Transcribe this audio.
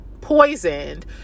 poisoned